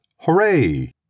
Hooray